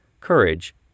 courage